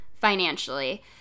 financially